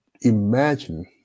imagine